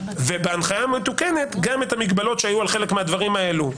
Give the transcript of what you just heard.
ובהנחיה המתוקנת גם את המגבלות שהיו על חלק מהדברים האלו,